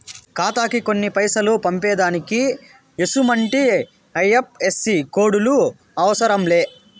ఖాతాకి కొన్ని పైసలు పంపేదానికి ఎసుమంటి ఐ.ఎఫ్.ఎస్.సి కోడులు అవసరం లే